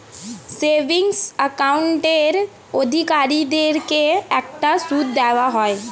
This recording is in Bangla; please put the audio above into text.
সেভিংস অ্যাকাউন্টের অধিকারীদেরকে একটা সুদ দেওয়া হয়